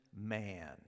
man